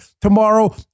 tomorrow